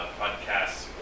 podcasts